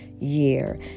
Year